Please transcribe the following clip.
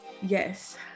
Yes